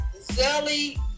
Zelly